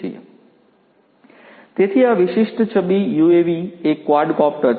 તેથી આ વિશિષ્ટ છબી યુએવી એ ક્વાડકોપ્ટર છે